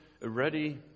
ready